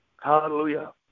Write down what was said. Hallelujah